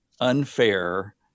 unfair